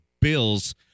Bills